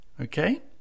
Okay